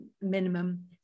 minimum